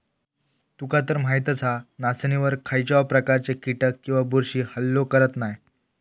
तुकातर माहीतच हा, नाचणीवर खायच्याव प्रकारचे कीटक किंवा बुरशी हल्लो करत नाय